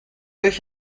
euch